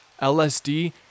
LSD